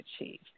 achieve